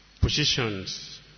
positions